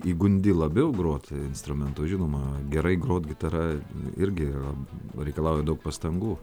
įgundi labiau groti instrumentu žinoma gerai grot gitara irgi pareikalauja daug pastangų